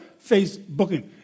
Facebooking